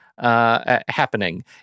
happening